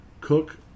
Cook